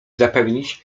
zapewnić